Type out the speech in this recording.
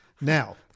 now